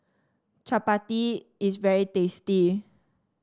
chappati is very tasty